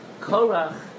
Korach